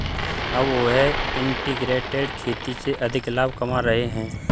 अब वह इंटीग्रेटेड खेती से अधिक लाभ कमा रहे हैं